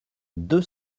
deux